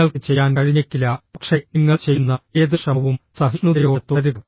നിങ്ങൾക്ക് ചെയ്യാൻ കഴിഞ്ഞേക്കില്ല പക്ഷേ നിങ്ങൾ ചെയ്യുന്ന ഏത് ശ്രമവും സഹിഷ്ണുതയോടെ തുടരുക